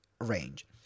range